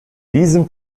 diesem